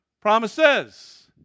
Promises